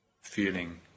feeling